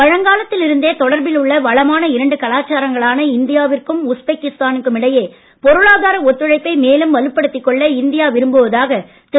பழங்காலத்தில் இருந்தே தொடர்பில் உள்ள வளமான இரண்டு கலாச்சாரங்களான இந்தியாவிற்கும் உஸ்பெக்கிஸ்தா னுக்கும் இடையே பொருளாதார ஒத்துழைப்பை மேலும் வலுப்படுத்திக் கொள்ள இந்தியா விரும்புவதாக திரு